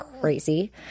crazy